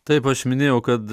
taip aš minėjau kad